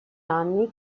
anni